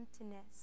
emptiness